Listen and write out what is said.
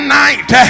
night